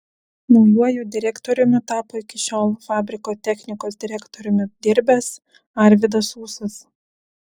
naujuoju direktoriumi tapo iki šiol fabriko technikos direktoriumi dirbęs arvydas ūsas